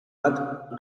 bat